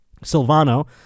Silvano